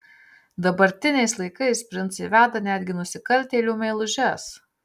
dabartiniais laikais princai veda netgi nusikaltėlių meilužes